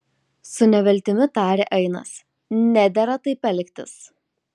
su neviltimi tarė ainas nedera taip elgtis